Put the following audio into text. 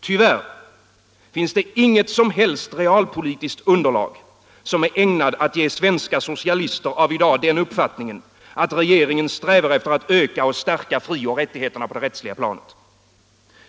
Tyvärr finns det inget som helst realpolitiskt underlag som är ägnat att ge svenska socialister av i dag den uppfattningen, att regeringen strävar efter att öka och stärka frioch rättigheterna på det rättsliga planet.